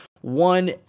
One